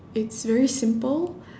it's very simple